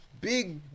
big